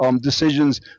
decisions